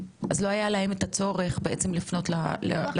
אז לא היה להם את הצורך בעצם לפנות לרשות?